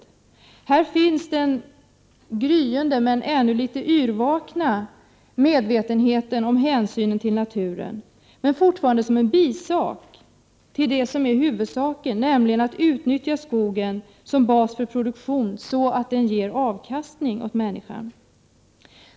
I lagen finns en gryende men litet yrvaken medvetenhet om hänsynen till naturen. Men fortfarande är det en bisak till det som är huvudsaken, nämligen att skogen skall utnyttjas som bas för produktion så att den ger avkastning till människan.